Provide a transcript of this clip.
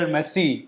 Messi